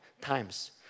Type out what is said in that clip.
times